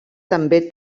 també